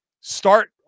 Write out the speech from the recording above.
start